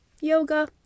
yoga